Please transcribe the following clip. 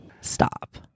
Stop